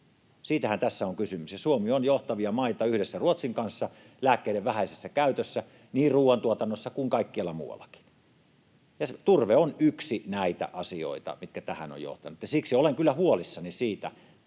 Siitähän tässä on kysymys. Suomi on johtavia maita yhdessä Ruotsin kanssa lääkkeiden vähäisessä käytössä niin ruoantuotannossa kuin kaikkialla muuallakin. Turve on yksi näistä asioista, mitkä tähän ovat johtaneet, ja siksi olen kyllä huolissani siitä,